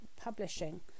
Publishing